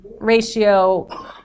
ratio